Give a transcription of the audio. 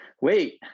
wait